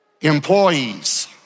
employees